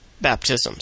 baptisms